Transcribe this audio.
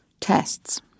tests